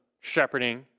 shepherding